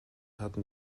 hatten